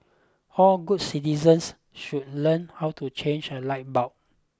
all good citizens should learn how to change a light bulb